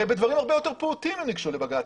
הרי בדברים הרבה יותר פעוטים הם ניגשו לבג"ץ.